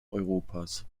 europas